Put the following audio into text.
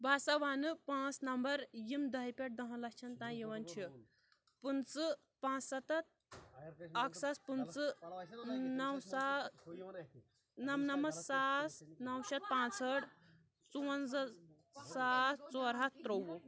بہٕ ہَسا وَنہٕ پانٛژھ نمبر یِم دَہِہ پٮ۪ٹھ دَہَن لَچھَن تانۍ یِوان چھِ پٕنٛژٕہ پانٛژٕ سَتَتھ اَکھ ساس پٕنٛژٕہ نَوسا نَمنمَتھ ساس نَوشیٚتھ پانٛژٕہٲٹھ ژُوَنٛزاہ ساس ژور ہَتھ ترٛوٚوُہ